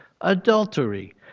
adultery